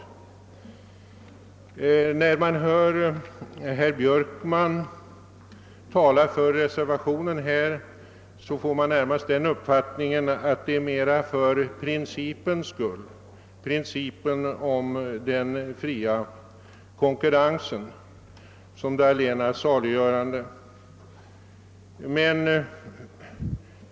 När man hör herr Björkman tala för reservationen, får man närmast den uppfattningen att det är mest för principens skull, principen om den fria konkurrensen som det allena saliggörande.